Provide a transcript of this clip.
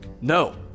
No